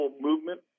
movement